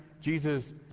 Jesus